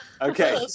Okay